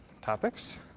topics